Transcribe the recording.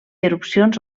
erupcions